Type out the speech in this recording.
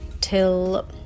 till